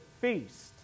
feast